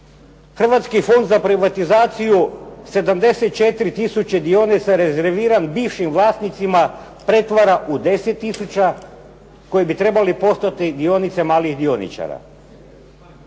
Hrvatski fond za privatizaciju 74 tisuće dionica rezerviran bivšim vlasnicima pretvara u 10 tisuća koji bi trebali postati dionice malih dioničara.